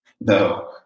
no